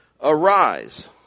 arise